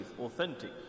authentic